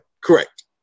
Correct